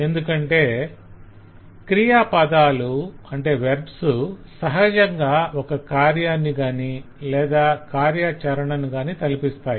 ఎందుకంటే క్రియాపదాలు వెర్బ్స్ సహజంగా ఒక కార్యాన్ని గాని లేదా కార్యాచరణ ను తలపిస్తాయి